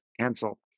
cancel